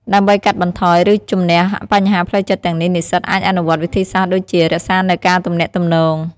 ដើម្បីកាត់បន្ថយ ឬជម្នះបញ្ហាផ្លូវចិត្តទាំងនេះ និស្សិតអាចអនុវត្តវិធីសាស្រ្តដូចជា រក្សានូវការទំនាក់ទំនង។